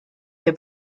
się